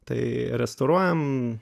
tai restauruojam